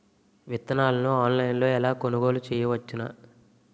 విత్తనాలను ఆన్లైన్లో ఎలా కొనుగోలు చేయవచ్చున?